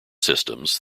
systems